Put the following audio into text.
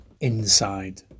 inside